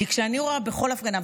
כי כשאני רואה בכל הפגנה,